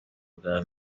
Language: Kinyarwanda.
bwa